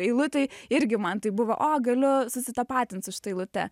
eilutėj irgi man taip buvo o galiu susitapatinti su šita eilute